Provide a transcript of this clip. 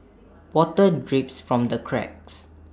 water drips from the cracks